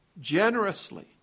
generously